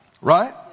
Right